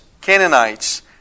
Canaanites